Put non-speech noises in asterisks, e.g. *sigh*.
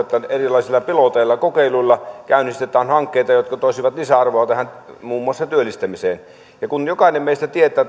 että erilaisilla piloteilla kokeiluilla käynnistetään hankkeita jotka toisivat lisäarvoa muun muassa työllistämiseen kun jokainen meistä tietää *unintelligible*